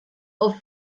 auf